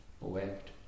wept